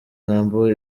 jambo